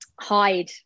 hide